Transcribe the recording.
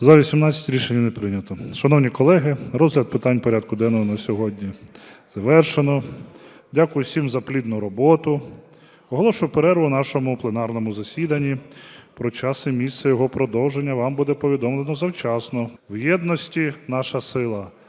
За-18 Рішення не прийнято. Шановні колеги, розгляд питань порядку денного на сьогодні завершено. Дякую всім за плідну роботу. Оголошую перерву у нашому пленарному засіданні. Про час і місце його продовження вам буде повідомлено завчасно. Нагадую